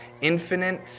infinite